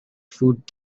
food